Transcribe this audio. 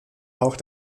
auch